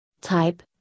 Type